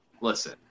listen